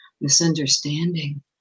misunderstanding